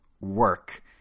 work